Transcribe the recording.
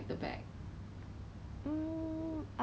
I think is sunday I think last sunday